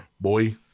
boy